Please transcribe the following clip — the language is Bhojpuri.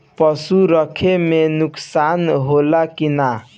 पशु रखे मे नुकसान होला कि न?